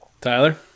Tyler